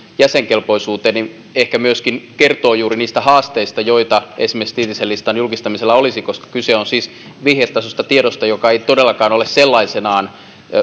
jäsenkelpoisuuteen ehkä myöskin kertoo juuri niistä haasteista joita esimerkiksi tiitisen listan julkistamisella olisi koska kyse on siis vihjetasoisesta tiedosta joka ei todellakaan ole sellaisenaan